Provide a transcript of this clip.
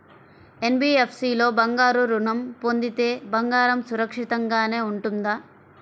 NBFC లో బంగారు ఋణం పొందితే బంగారం సురక్షితంగానే ఉంటుందా?